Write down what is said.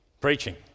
preaching